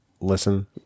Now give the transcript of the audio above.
listen